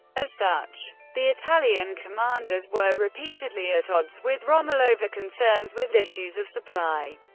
as such, the italian commanders were repeatedly at odds with rommel over concerns with issues of supply.